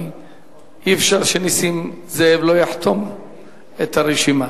כי אי-אפשר שנסים זאב לא יחתום את הרשימה.